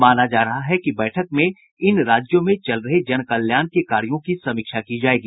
माना जा रहा है कि बैठक में इन राज्यों में चल रहे जन कल्याण के कार्यों की समीक्षा की जाएगी